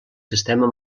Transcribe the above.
sistema